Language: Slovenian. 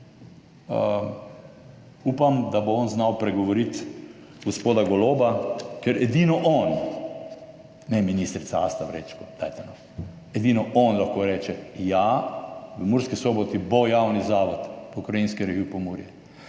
Upam, da bo on znal pregovoriti gospoda Goloba, ker edino on – ne ministrica Asta Vrečko, dajte, no – edino on lahko reče, ja, v Murski Soboti bo javni zavod pokrajinski arhiv Pomurje.